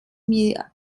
mir